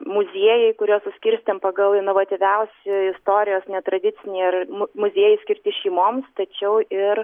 muziejai kuriuos suskirstėm pagal inovatyviausi istorijos netradiciniai ir muziejai skirti šeimoms tačiau ir